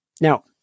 Now